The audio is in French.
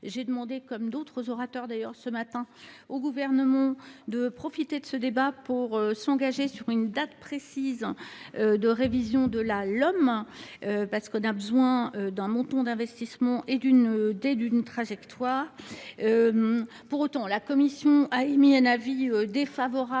à l’instar d’autres orateurs, j’ai demandé ce matin au Gouvernement de profiter de ce débat pour s’engager sur une date précise de révision de la LOM. Nous avons besoin d’un montant d’investissements et d’une trajectoire. Pour autant, la commission a émis un avis défavorable